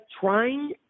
trying